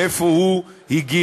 מאיפה הוא הגיע.